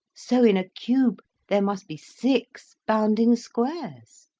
so in a cube there must be six bounding squares?